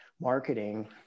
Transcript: marketing